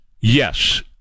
Yes